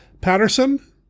Patterson